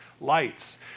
lights